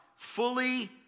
fully